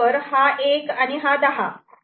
हा एक आणि हा दहा